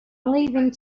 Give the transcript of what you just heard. leaving